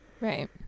right